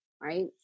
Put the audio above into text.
right